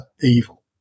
evil